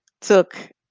took